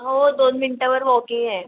हो दोन मिनटावर वॉकिंग आहे